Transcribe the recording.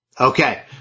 Okay